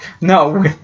No